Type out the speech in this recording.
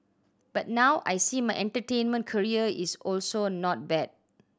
but now I see my entertainment career is also not bad